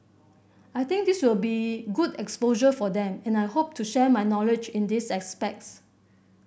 I think this will be good exposure for them and I hope to share my knowledge in these aspects